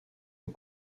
aux